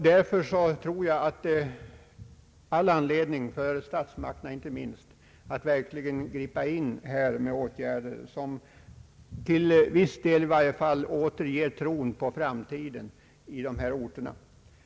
Därför tror jag att det finns all anledning — för statsmakterna inte minst — att verkligen gripa in med åtgärder som i varje fall till viss del återger tron på framtiden i dessa orter.